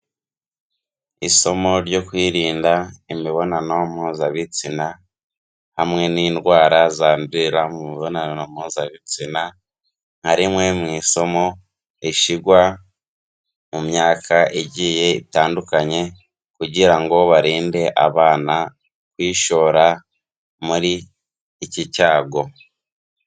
Isomo ryo kwirinda imibonano mpuzabitsina, hamwe n'indwara zandurira mu mibonano mpuzabitsina, nka rimwe mu isomo rishirwa mu myaka igiye itandukanye kugira ngo barinde abana kwishora muri iki cyago.